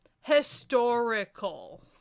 historical